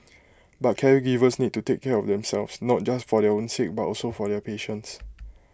but caregivers need to take care of themselves not just for their own sake but also for their patients